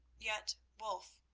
yet, wulf,